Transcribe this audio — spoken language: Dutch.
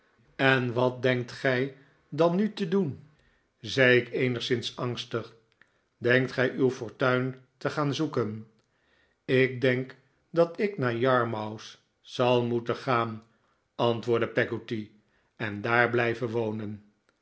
en wat denkt gij dan nu te doen peggotty zei ik eenigszins angstig denkt gij uw fortuin te gaan zoeken ik denk dat ik naar yarmouth zal moeten gaan antwoordde peggotty en daar blijven wonen